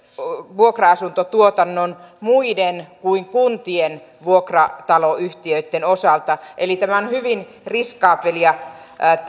vuokra asuntotuotannon muiden kuin kuntien vuokrataloyhtiöitten osalta eli tämä on hyvin riskaabelia